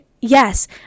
Yes